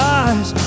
eyes